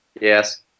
Yes